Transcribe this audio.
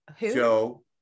joe